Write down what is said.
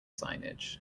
signage